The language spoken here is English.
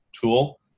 tool